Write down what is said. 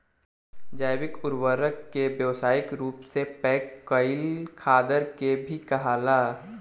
जैविक उर्वरक के व्यावसायिक रूप से पैक कईल खादर के भी कहाला